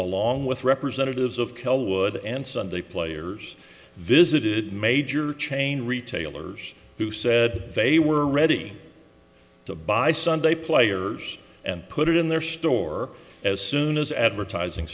along with representatives of cal wood and sunday players visited major chain retailers who said they were ready to buy sunday players and put it in their store as soon as advertising